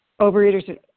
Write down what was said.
Overeaters